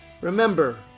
Remember